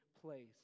place